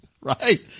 Right